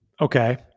Okay